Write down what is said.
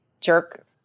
jerk